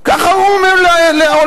כך הוא אומר לאולמרט.